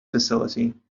facility